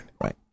Right